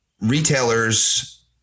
retailers